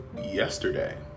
yesterday